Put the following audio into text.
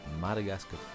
Madagascar